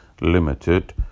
limited